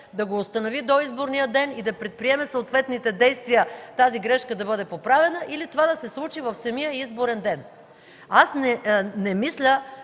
да го установи до изборния ден и да предприеме съответните действия тази грешка да бъде поправена, или това да се случи в самия изборен ден. Аз не мисля,